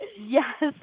Yes